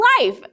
life